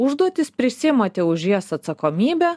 užduotis prisiimate už jas atsakomybę